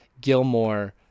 gilmore